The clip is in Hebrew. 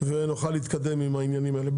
ונוכל להתקדם עם העניינים האלה.